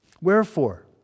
Wherefore